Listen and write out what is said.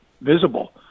visible